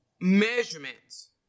measurements